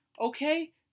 Okay